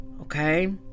Okay